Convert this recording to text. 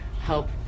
help